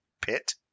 pit